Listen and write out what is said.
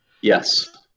Yes